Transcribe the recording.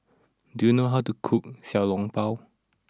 do you know how to cook Xiao Long Bao